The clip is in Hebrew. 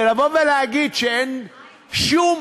ולבוא ולהגיד שאין שום